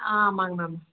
ஆமாங்க மேம்